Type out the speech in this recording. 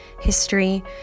history